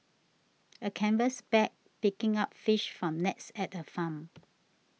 a canvas bag picking up fish from nets at a farm